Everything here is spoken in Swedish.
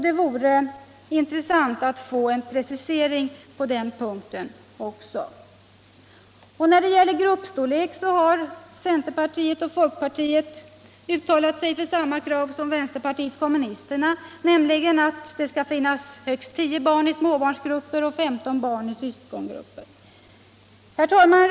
Det vore intressant att få en precisering på den punkten också. Och när det gäller gruppstorlek har centerpartiet och folkpartiet uttalat sig för samma krav som vänsterpartiet kommunisterna, nämligen att det skall finnas högst tio barn i småbarnsgrupper och högst 15 barn i syskongrupper. Herr talman!